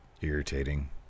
irritating